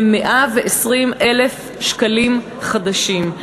ל-120,000 שקלים חדשים.